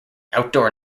outdoor